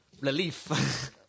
relief